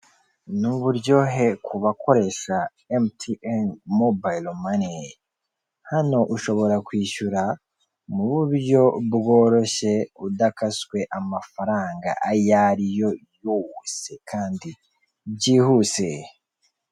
Ni uburyohe ku bakoresha MTN Mobile Money, hano ushobora kwishyura mu buryo bworoshye udakaswe amafaranga ayo ari yo yose kandi byihuse.